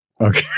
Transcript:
Okay